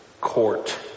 court